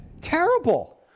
terrible